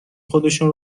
خودشون